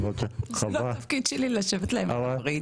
לא התפקיד שלי לשבת להם על הווריד.